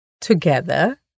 Together